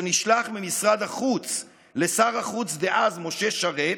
נשלח ממשרד החוץ לשר החוץ דאז משה שרת,